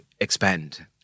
expand